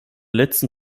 letzten